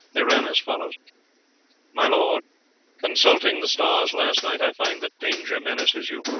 they ran as follows my lord consulting the stars last night i find that danger menaces you.